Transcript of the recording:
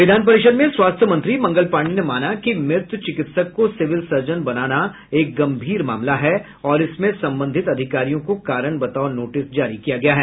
विधान परिषद् में स्वास्थ्य मंत्री मंगल पांडेय ने माना कि मृत चिकित्सक को सिविल सर्जन बनाना एक गंभीर मामला है और इसमें संबंधित अधिकारियों को कारण बताओं नोटिस जारी किया गया है